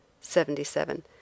seventy-seven